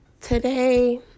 today